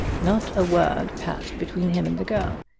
not a word passed between him and the girl.